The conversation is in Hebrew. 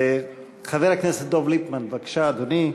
חבר הכנסת דב ליפמן, בבקשה, אדוני.